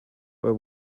were